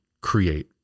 create